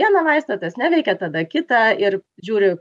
vieną vaistą tas neveikia tada kitą ir žiūri